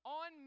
on